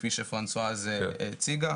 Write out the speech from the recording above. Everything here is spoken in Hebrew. כפי שפרנסואז הציגה,